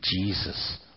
Jesus